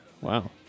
Wow